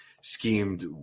schemed